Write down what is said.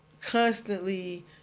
constantly